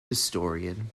historian